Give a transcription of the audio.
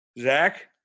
Zach